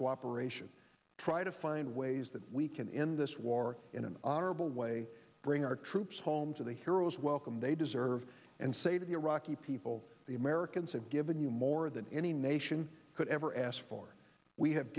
cooperation try to find ways that we can in this war in an honorable way bring our troops home to the hero's welcome they deserve and say to the iraqi people the americans have given you more than any nation could ever ask for we have